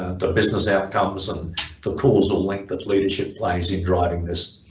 the business outcomes and the causal link that leadership plays in driving this.